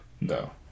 No